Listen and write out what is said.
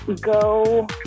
go